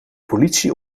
politie